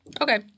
Okay